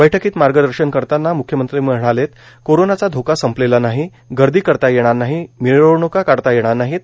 बैठकीत मार्गदर्शन करताना म्ख्यमंत्री म्हणाले कोरोनाचा धोका संपलेला नाही गर्दी करता येणार नाही मिरवणूका काढता येणार नाहीत